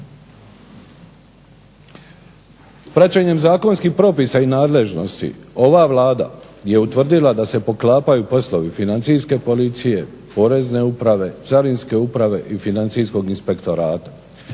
Praćenjem zakonskih propisa i nadležnosti ova Vlada je utvrdila da se poklapaju poslovi Financijske policije, Porezne uprave, Carinske uprave i Financijskog inspektorata.